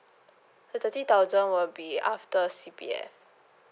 the thirty thousand will be after C_P_F